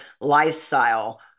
lifestyle